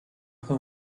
who